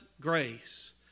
grace